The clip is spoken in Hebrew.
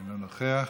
אינו נוכח,